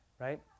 right